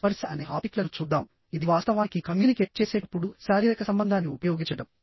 స్పర్శ అనే హాప్టిక్లను చూద్దాం ఇది వాస్తవానికి కమ్యూనికేట్ చేసేటప్పుడు శారీరక సంబంధాన్ని ఉపయోగించడం